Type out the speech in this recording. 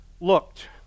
looked